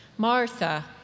Martha